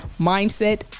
mindset